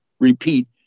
repeat